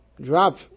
drop